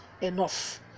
enough